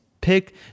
pick